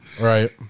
Right